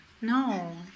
no